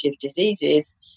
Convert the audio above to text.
diseases